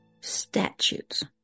statutes